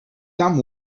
tam